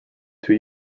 two